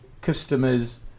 customers